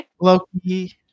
Loki